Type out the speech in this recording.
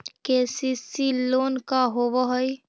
KCC loan का होब हइ?